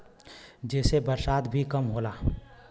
जेसे बरसात भी कम होला